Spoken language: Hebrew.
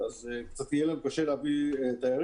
אז קצת יהיה לנו קשה להביא תיירים